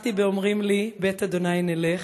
"שמחתי באֹמרים לי בית אדוני נלך.